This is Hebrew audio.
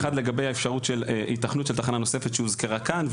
לגבי האפשרות של היתכנות של תחנה נוספת שהוזכרה כאן,